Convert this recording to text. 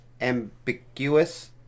Ambiguous